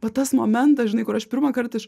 va tas momentas žinai kur aš pirmąkart iš